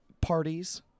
parties